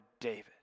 David